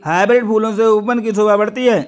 hybrid फूलों से उपवन की शोभा बढ़ती है